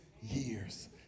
years